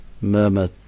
murmur